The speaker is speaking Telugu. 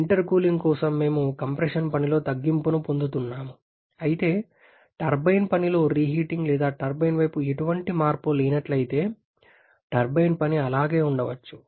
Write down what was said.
ఇంటర్కూలింగ్ కోసం మేము కంప్రెషన్ పనిలో తగ్గింపును పొందుతున్నాము అయితే టర్బైన్ పనిలో రీహీటింగ్ లేదా టర్బైన్ వైపు ఎటువంటి మార్పు లేనట్లయితే టర్బైన్ పని అలాగే ఉండవచ్చు